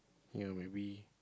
ya maybe